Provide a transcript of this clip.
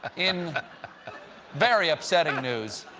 in very upsetting news,